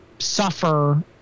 Suffer